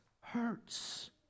hurts